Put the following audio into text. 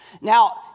Now